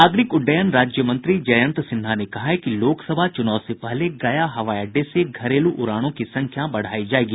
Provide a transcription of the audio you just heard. नागरिक उड्डयन राज्य मंत्री जयंत सिन्हा ने कहा है कि लोकसभा चुनाव से पहले गया हवाई अड्डे से घरेलू उड़ानों की संख्या बढ़ाई जायेगी